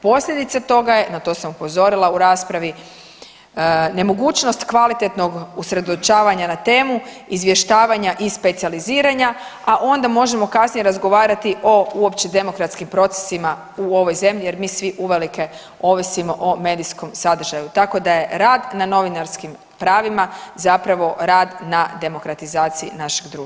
Posljedice toga je, na to sam upozorila u raspravi, nemogućnost kvalitetnog usredočavanja na temu, izvještavanja i specijaliziranja, a onda možemo kasnije razgovarati o uopće demokratskim procesima u ovoj zemlji jer mi svi uvelike ovisimo o medijskom sadržaju, tako da je rad na novinarskim pravima zapravo rad na demokratizaciji našeg društva.